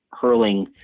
hurling